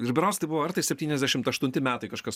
ir berods tai buvo ar tai septyniasdešimt aštunti metai kažkas